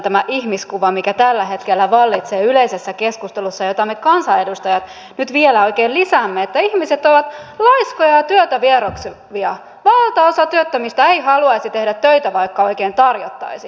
tämä ihmiskuva on ihan käsittämätön mikä tällä hetkellä vallitsee yleisessä keskustelussa ja jota me kansanedustajat nyt vielä oikein lisäämme että ihmiset ovat laiskoja ja työtä vieroksuvia ja valtaosa työttömistä ei haluaisi tehdä töitä vaikka oikein tarjottaisiin